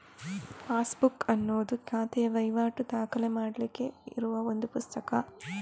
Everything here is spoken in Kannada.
ಪಾಸ್ಬುಕ್ ಅನ್ನುದು ಖಾತೆಯ ವೈವಾಟು ದಾಖಲೆ ಮಾಡ್ಲಿಕ್ಕೆ ಇರುವ ಒಂದು ಪುಸ್ತಕ